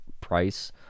price